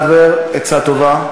חברת הכנסת לנדבר, עצה טובה.